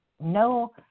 no